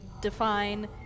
define